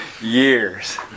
years